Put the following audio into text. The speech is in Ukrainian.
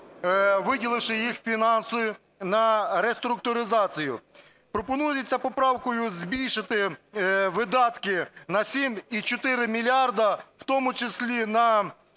виділивши їм фінанси на реструктуризацію. Пропонується поправкою збільшити видатки на 7,4 мільярда, у тому числі на